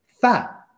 Fat